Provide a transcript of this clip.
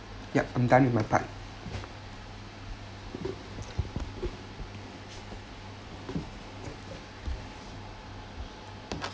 yup I’m done on my part